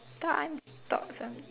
try and talk some